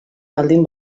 baldin